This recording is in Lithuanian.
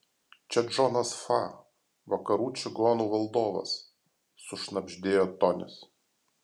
čia džonas fa vakarų čigonų valdovas sušnabždėjo tonis